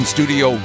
Studio